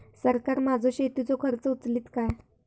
सरकार माझो शेतीचो खर्च उचलीत काय?